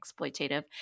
exploitative